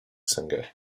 singer